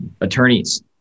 attorneys